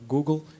Google